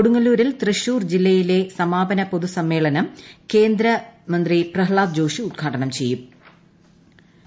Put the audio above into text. കൊടുങ്ങല്ലൂരിൽ തൃശൂർ ജില്ലയിലെ സമാപന പൊതുസ്യമ്മേളനം കേന്ദ്ര മന്ത്രി പ്രഹ്ളാദ് ജോഷി ഉദ്ഘാടനം ചെയ്യുറ്റുക്കു പി